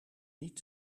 niet